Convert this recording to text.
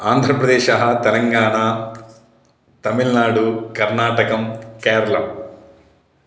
आन्ध्रप्रदेशः तेलङ्गाना तमिल्नाडु कर्नाटकं केर्ला